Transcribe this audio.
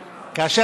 הגינות.